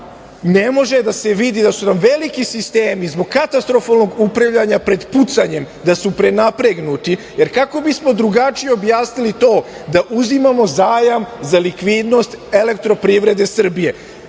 ne može da se vidi da su nam veliki sistemi zbog katastrofalnog upravljanja pred pucanjem, gde su prenapregnuti, jer kako bismo drugačije objasnili to da uzimamo zajam za likvidnost Elektroprivrede Srbije,